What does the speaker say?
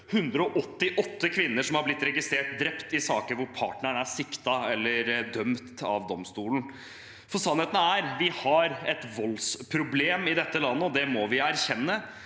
188 kvinner som har blitt registrert drept i saker hvor partneren er siktet eller dømt av domstolen. Sannheten er at vi har et voldsproblem i dette landet, og det må vi erkjenne.